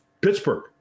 Pittsburgh